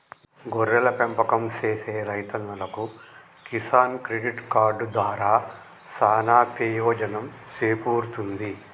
గొర్రెల పెంపకం సేసే రైతన్నలకు కిసాన్ క్రెడిట్ కార్డు దారా సానా పెయోజనం సేకూరుతుంది